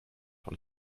von